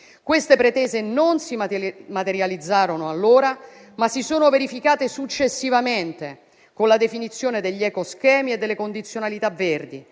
Queste pretese non si materializzarono allora, ma si sono verificate successivamente, con la definizione degli ecoschemi e delle condizionalità verdi.